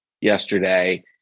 yesterday